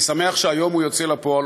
אני שמח שהיום הוא יוצא לפועל.